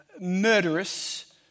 murderous